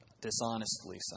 dishonestly